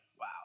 wow